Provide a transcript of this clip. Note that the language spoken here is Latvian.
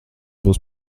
būs